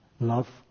love